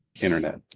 internet